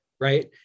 right